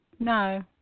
No